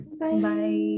Bye